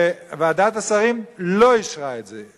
וועדת השרים לא אישרה את זה.